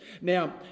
Now